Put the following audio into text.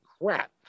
crap